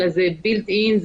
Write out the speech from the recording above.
אלא זה בילד אין.